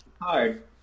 Hard